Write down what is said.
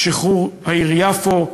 שחרור העיר יפו,